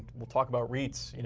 we'll talk about reits.